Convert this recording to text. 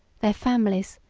their families,